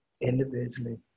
individually